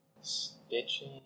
stitching